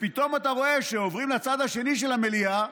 ואתה רואה שכשעוברים לצד השני של המליאה,